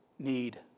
need